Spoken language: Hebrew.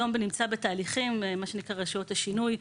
היום נמצא בתהליכים, מה שנקרא, רשויות השינוי.